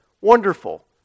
Wonderful